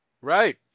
Right